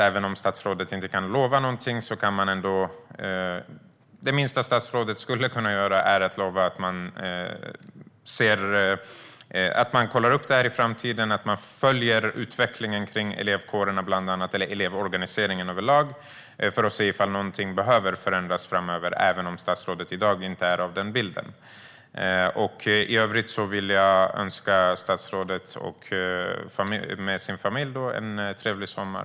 Även om statsrådet inte kan lova någonting menar jag att det minsta statsrådet skulle kunna göra är att lova att kolla upp detta i framtiden och följa utvecklingen kring elevorganiseringen överlag för att se om något behöver förändras framöver - även om statsrådet i dag inte har den bilden. I övrigt vill jag önska statsrådet med familj en trevlig sommar!